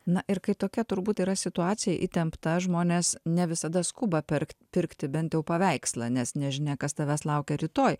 na ir kai tokia turbūt yra situacija įtempta žmonės ne visada skuba pirkt pirkti bent jau paveikslą nes nežinia kas tavęs laukia rytoj